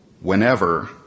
Whenever